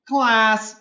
Class